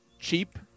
Cheap